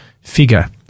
figure